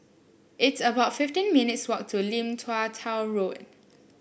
it's about fifteen minutes' walk to Lim Tua Tow Road